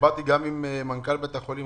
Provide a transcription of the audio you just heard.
דיברתי גם עם מנכ"ל בית החולים,